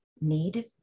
need